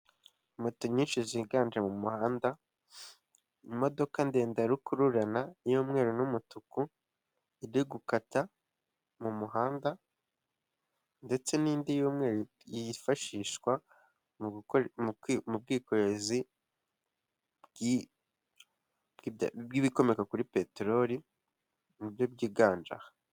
Moto nyinshi ziganje mu muhanda, imodoka ndende ya rukururana y'umweru n'umutuku, iri gukata mu muhanda, ndetse n'indi y'umweru yifashishwa mu bwikorezi bw'ibikomoka kuri peterori, ni byo byiganje aha.